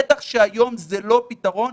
בטח שהיום זה לא פתרון.